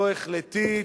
לא החלטית,